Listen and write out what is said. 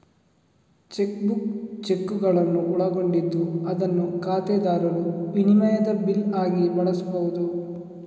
check book ಚೆಕ್ಕುಗಳನ್ನು ಒಳಗೊಂಡಿದ್ದು ಅದನ್ನು ಖಾತೆದಾರರು ವಿನಿಮಯದ ಬಿಲ್ ಆಗಿ ಬಳಸ್ಬಹುದು